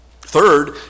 Third